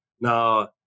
now